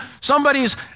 Somebody's